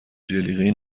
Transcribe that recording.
جلیقه